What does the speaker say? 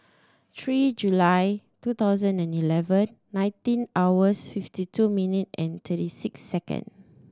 three July two thousand and eleven nineteen hours fifty two minute and thirty six second